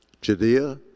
Judea